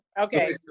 Okay